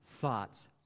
thoughts